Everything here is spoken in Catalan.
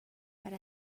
per